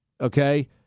okay